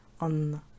on